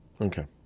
Okay